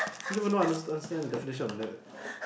you don't even understand stand the definition of nerd